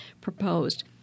proposed